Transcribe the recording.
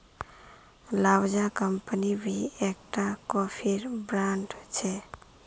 Lavazza company भी एक टा कोफीर ब्रांड छे